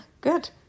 good